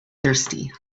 thirsty